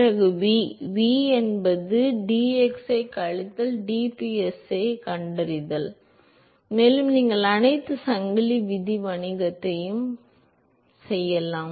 பிறகு v v என்பது dxஐக் கழித்தல் dpsi என்பதைக் கண்டறிய வேண்டும் மேலும் நீங்கள் அனைத்து சங்கிலி விதி வணிகத்தையும் செய்யலாம்